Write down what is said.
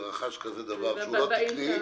ורכש כזה דבר שאינו תקני,